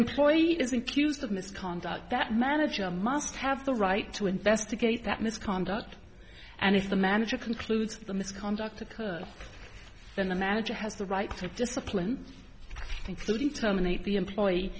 employee is accused of misconduct that manager must have the right to investigate that misconduct and if the manager concludes the misconduct occurred then the manager has the right to discipline including terminate the employee